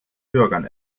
bürgern